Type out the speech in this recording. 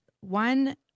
One